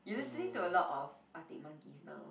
you listening to a lot of Arctic-Monkeys now